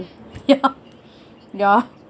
ya ya